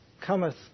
cometh